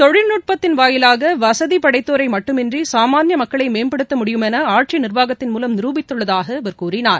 தொழில்நுட்பத்தின் வாயிலாக வசதி படைத்தோரை மட்டுமின்றி சாமாளிய மக்களை மேம்படுத்த முடியும் என ஆட்சி நிர்வாகத்தின் மூலம் நிரூபித்துள்ளதாக அவர் கூறினார்